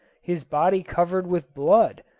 his body covered with blood,